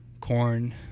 corn